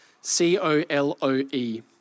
C-O-L-O-E